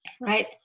Right